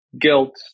guilt